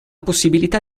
possibilità